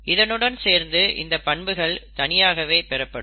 இதனுடன் சேர்ந்து இந்த பண்புகள் தனியாகவே பெறப்படும்